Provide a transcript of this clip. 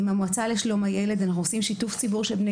עם המועצה לשלום הילד אנחנו עושים שיתוף ציבור של בני